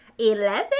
Eleven